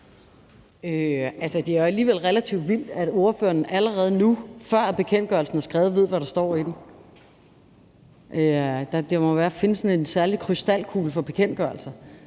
Det er alligevel relativt vildt, at ordføreren allerede nu, før bekendtgørelsen er skrevet, ved, hvad der står i den. Der må findes sådan en særlig krystalkugle for bekendtgørelser.